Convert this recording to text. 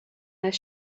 their